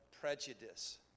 prejudice